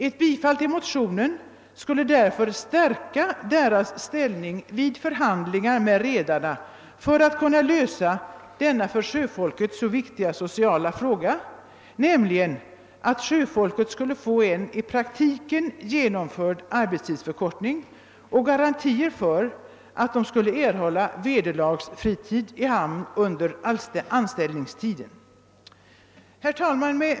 Ett bifall till motionerna skulle därför stärka de fackliga organisationernas ställning vid förhandlingar med redarna när det gäller att kunna lösa den för sjöfolket så viktiga sociala frågan att få en i praktiken genomförd arbetstidsförkortning och garantier för att man erhåller vederlagsfritid i hamn under anställningstiden. Herr talman!